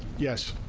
yes.